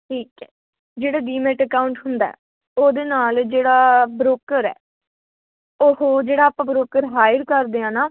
ਠੀਕ ਹੈ ਜਿਹੜਾ ਡੀਮੈਟ ਅਕਾਊਂਟ ਹੁੰਦਾ ਹੈ ਉਹਦੇ ਨਾਲ ਜਿਹੜਾ ਬ੍ਰੋਕਰ ਹੈ ਉਹੋ ਜਿਹੜਾ ਆਪਾਂ ਬ੍ਰੋਕਰ ਹਾਇਰ ਕਰਦੇ ਹਾਂ ਨਾ